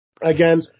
Again